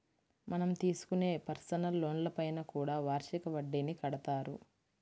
మనం తీసుకునే పర్సనల్ లోన్లపైన కూడా వార్షిక వడ్డీని కడతారు